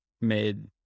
made